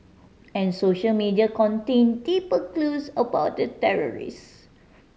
and social media contain deeper clues about the terrorists